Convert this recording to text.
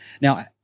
now